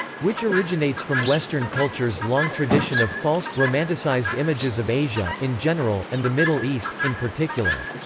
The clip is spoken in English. which originates from western culture's long tradition of false, romanticized images of asia, in general, and the middle east, in particular.